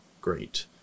great